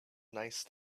nice